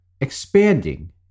expanding